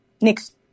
next